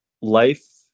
life